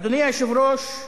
אדוני היושב-ראש,